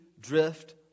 drift